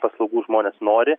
paslaugų žmonės nori